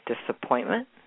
disappointment